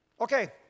Okay